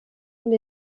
und